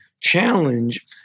challenge